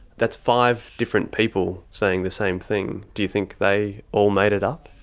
that's five different people saying the same thing. do you think they all made it up?